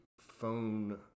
phone